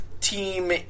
team